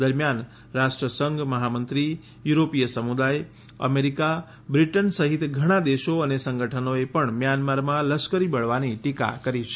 દરમિયાન રાષ્ટ્રસંઘ મહામંત્રી યુરોપીય સમુદાય અમેરિકા બ્રિટન સહીત ઘણા દેશો અને સંગઠનોએ પણ મ્યાનમારમાં લશ્કરી બળવાની ટીકા કરી છે